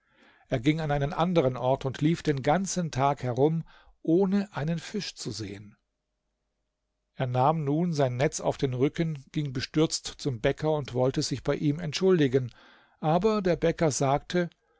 er ging an einen anderen ort und lief den ganzen tag herum ohne einen fisch zu sehen er nahm nun sein netz auf den rücken ging bestürzt zum bäcker und wollte sich bei ihm entschuldigen aber der bäcker sagte